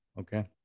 Okay